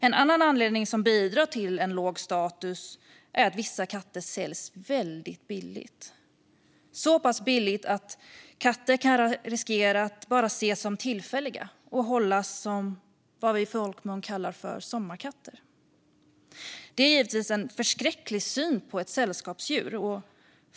En annan anledning till en låg status är att vissa katter säljs väldigt billigt, så pass billigt att de riskerar att bara ses som tillfälliga och hållas som vad vi i folkmun kallar för sommarkatter. Det är givetvis en förskräcklig syn på ett sällskapsdjur.